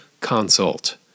consult